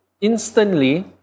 instantly